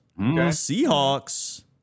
Seahawks